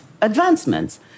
advancements